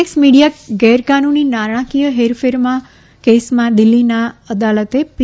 x media ગેરકાનૂની નાણાકીય હેરફેર કેસમાં દિલ્ફીની અદાલતે પી